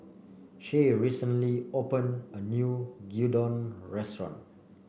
shay recently opened a new Gyudon restaurant